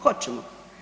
Hoćemo.